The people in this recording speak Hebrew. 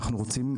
אנחנו רוצים,